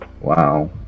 Wow